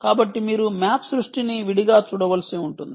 కాబట్టి మీరు మ్యాప్ సృష్టిని విడిగా చూడవలసి ఉంటుంది